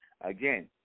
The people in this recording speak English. again